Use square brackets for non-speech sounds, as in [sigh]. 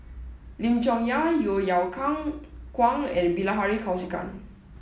Lim Chong Yah Yeo [unintelligible] Kwang and Bilahari Kausikan